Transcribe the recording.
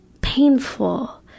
painful